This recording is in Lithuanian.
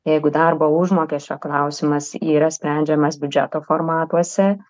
jeigu darbo užmokesčio klausimas yra sprendžiamas biudžeto formatuose